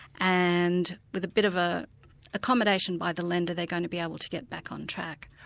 and with a bit of ah accommodation by the lender they're going to be able to get back on track.